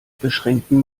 beschränkten